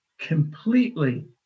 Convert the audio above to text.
completely